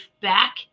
back